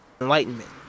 enlightenment